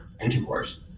intercourse